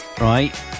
Right